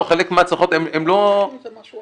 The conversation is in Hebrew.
לא, חלק מההצלחות לא צולחות.